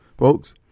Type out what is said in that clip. Folks